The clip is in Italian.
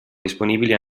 disponibili